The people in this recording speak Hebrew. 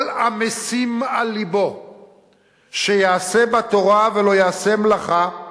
"כל המשים על לבו שיעשה בתורה ולא יעשה מלאכה